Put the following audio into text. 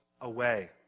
away